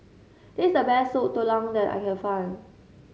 this is a best Soup Tulang that I can find